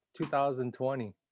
2020